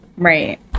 Right